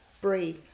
Breathe